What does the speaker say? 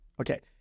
Okay